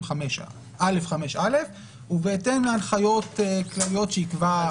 55א5א ובהתאם להנחיות כלליות שיקבע.